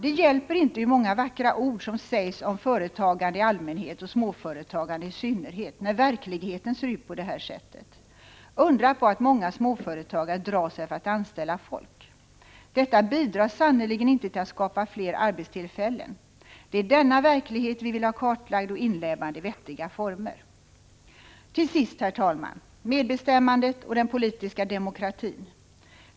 Det hjälper inte hur många vackra ord som sägs om företagande i allmänhet och småföretagande i synnerhet när verkligheten ser ut på det här sättet. Undra på att många småföretagare drar sig för att anställa folk! Detta bidrar sannerligen inte till att skapa fler arbetstillfällen. Det är denna verklighet vi vill ha kartlagd och inlemmad i vettiga former. Till sist några ord om medbestämmandet och den politiska demokratin.